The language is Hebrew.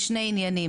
היא בשני עניינים,